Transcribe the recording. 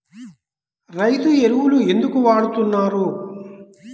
రైతు ఎరువులు ఎందుకు వాడుతున్నారు?